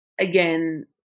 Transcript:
again